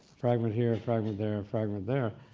fragment here, fragment there, and fragment there,